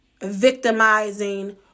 victimizing